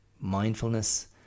mindfulness